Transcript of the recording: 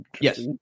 Yes